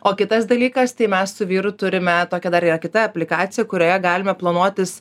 o kitas dalykas tai mes su vyru turime tokią dar yra kita aplikacija kurioje galime planuotis